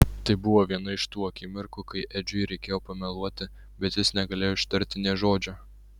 tai buvo viena iš tų akimirkų kai edžiui reikėjo pameluoti bet jis negalėjo ištarti nė žodžio